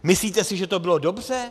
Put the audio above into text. Myslíte si, že to bylo dobře?